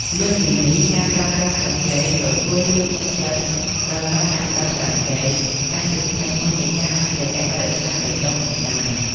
លើសពីនេះ ការប្រើប្រាស់ស្លឹកចេកក៏ជួយ លើកទឹកចិត្តដល់ការដាំដុះដើមចេក ដែលជាផ្នែកមួយនៃការអភិរក្សបរិស្ថានបៃតងផងដែរ។